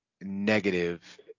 negative